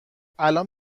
الان